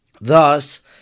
Thus